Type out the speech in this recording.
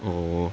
orh